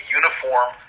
uniform